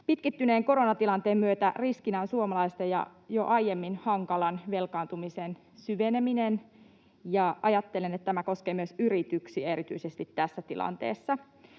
Pitkittyneen koronatilanteen myötä riskinä on suomalaisten jo aiemmin hankalan velkaantumisen syveneminen, ja ajattelen, että erityisesti tässä tilanteessa